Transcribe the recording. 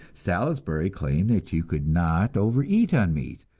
salisbury claimed that you could not overeat on meat,